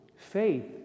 Faith